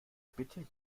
bitte